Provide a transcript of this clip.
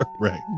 Right